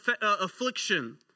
affliction